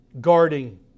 guarding